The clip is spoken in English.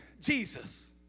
Jesus